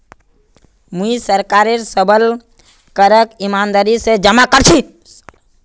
मुई सरकारेर सबल करक ईमानदारी स जमा कर छी